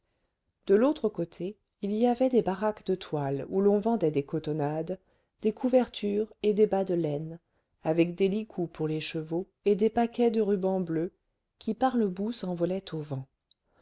de l'autre côté il y avait des baraques de toile où l'on vendait des cotonnades des couvertures et des bas de laine avec des licous pour les chevaux et des paquets de rubans bleus qui par le bout s'envolaient au vent